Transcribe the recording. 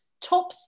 top